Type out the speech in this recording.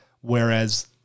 Whereas